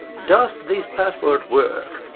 does this password work?